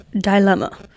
dilemma